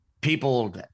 people